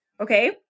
Okay